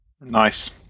Nice